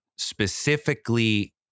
specifically